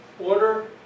Order